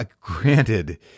granted